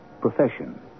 profession